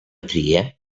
tria